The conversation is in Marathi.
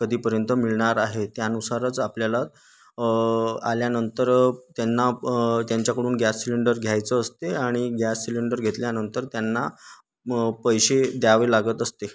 कधीपर्यंत मिळणार आहे त्यानुसारच आपल्याला आल्यानंतर त्यांना त्यांच्याकडून गॅस सिलेंडर घ्यायचं असते आणि गॅस सिलेंडर घेतल्यानंतर त्यांना पैसे द्यावे लागत असते